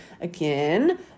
again